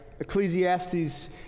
Ecclesiastes